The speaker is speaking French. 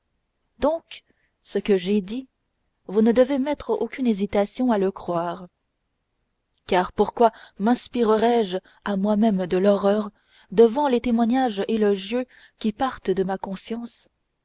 donc ce que j'ai dit vous ne devez mettre aucune hésitation à le croire car pourquoi minspirerais je à moi-même de l'horreur devant les témoignages élogieux qui partent de ma conscience